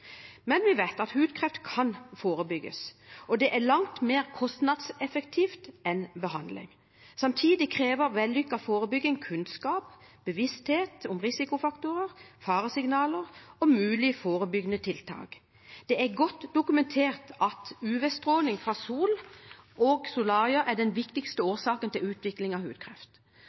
Men vi vet at hudkreft kan forebygges, og det er langt mer kostnadseffektivt enn behandling. Samtidig krever vellykket forebygging kunnskap, bevissthet om risikofaktorer, faresignaler og mulige forebyggende tiltak. Det er godt dokumentert at UV-stråling fra sol og solarier er den viktigste årsaken til utvikling av